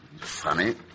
Funny